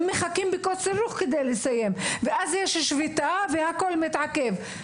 הם מחכים בקוצר רוח כדי לסיים ואז יש שביתה והכל מתעכב.